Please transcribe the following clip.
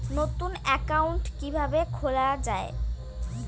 নতুন একাউন্ট কিভাবে খোলা য়ায়?